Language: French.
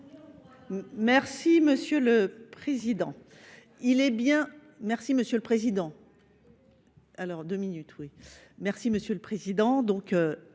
? Oui, monsieur le président.